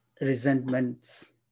resentments